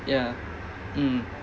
ya mm